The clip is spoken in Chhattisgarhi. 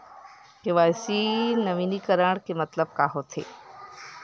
के.वाई.सी नवीनीकरण के मतलब का होथे?